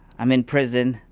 i'm in prison.